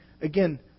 again